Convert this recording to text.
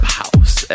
house